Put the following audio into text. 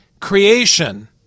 creation